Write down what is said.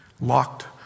locked